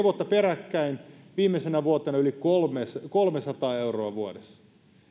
vuotta peräkkäin viimeisenä vuotena yli kolmesataa kolmesataa euroa vuodessa